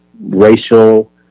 racial